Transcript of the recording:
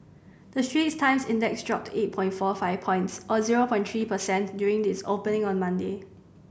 the Straits Times Index dropped eight point four five points or zero point three percent during its opening on Monday